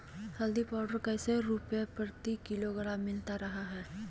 हल्दी पाउडर कैसे रुपए प्रति किलोग्राम मिलता रहा है?